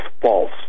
false